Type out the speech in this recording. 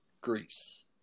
Greece